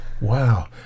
Wow